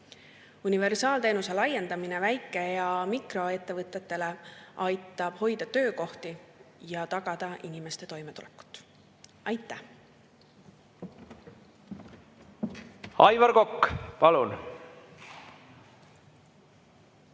Universaalteenuse laiendamine väike‑ ja mikroettevõtetele aitab hoida töökohti ja tagada inimeste toimetulekut. Aitäh! Kolm